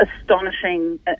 astonishing